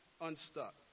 unstuck